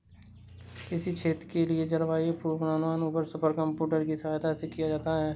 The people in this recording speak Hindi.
किसी क्षेत्र के लिए जलवायु पूर्वानुमान सुपर कंप्यूटर की सहायता से किया जाता है